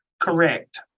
correct